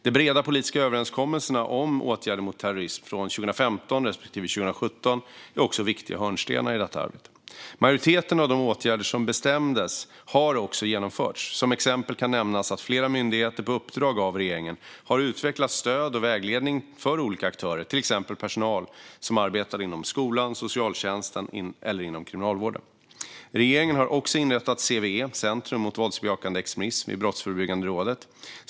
De breda politiska överenskommelserna om åtgärder mot terrorism från 2015 respektive 2017 är också viktiga hörnstenar i detta arbete. Majoriteten av de åtgärder som bestämdes har också genomförts. Som exempel kan nämnas att flera myndigheter på uppdrag av regeringen har utvecklat stöd och vägledning för olika aktörer, till exempel personal som arbetar inom skolan, socialtjänsten eller inom kriminalvården. Regeringen har också inrättat CVE, Center mot våldsbejakande extremism, vid Brottsförebyggande rådet.